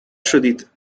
شدید